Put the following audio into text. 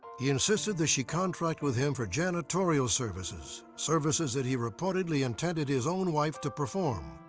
he insisted that she contract with him for janitorial services services that he reportedly intended his own wife to perform.